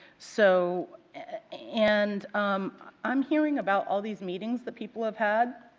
so and i'm hearing about all these meetings that people have had.